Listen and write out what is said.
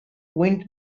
wind